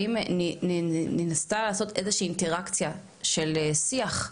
האם נעשתה איזו שהיא אינטראקציה של שיח?